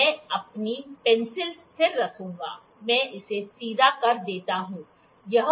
मैं अपनी पेंसिल स्थिर रखूँगा मैं इसे सीधा कर देता हूँ